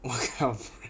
what kind of